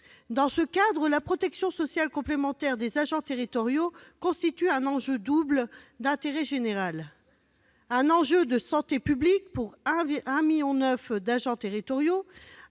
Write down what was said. Dans ce cadre, la protection sociale complémentaire des agents territoriaux constitue un enjeu double en termes d'intérêt général : un enjeu en matière de santé publique pour 1,9 million d'agents territoriaux